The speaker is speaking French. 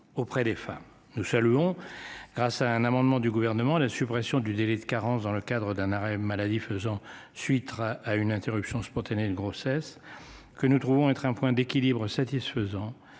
Nous saluons. Grâce à un amendement du gouvernement, la suppression du délai de carence dans le cadre d'un arrêt maladie, faisant suite à une interruption spontanée de grossesse que nous trouvons être un point d'équilibre satisfaisant